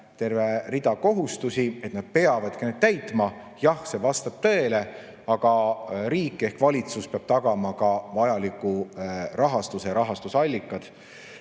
terve rida kohustusi ja et nad peavadki neid täitma. Jah, see vastab tõele. Aga riik ehk valitsus peab tagama ka vajaliku rahastuse ja rahastusallikad,